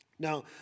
Now